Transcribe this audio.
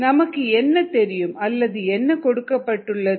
நமக்கு என்ன தெரியும் அல்லது என்ன கொடுக்கப்பட்டுள்ளது